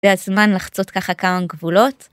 זה הזמן לחצות ככה כמה גבולות?